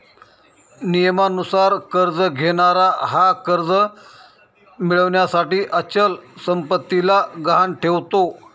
नियमानुसार कर्ज घेणारा हा कर्ज मिळविण्यासाठी अचल संपत्तीला गहाण ठेवतो